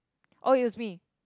oh is me